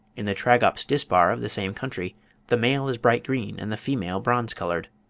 in the tragops dispar of the same country the male is bright green, and the female bronze-coloured.